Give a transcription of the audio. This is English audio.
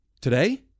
today